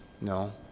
No